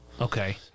Okay